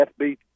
FB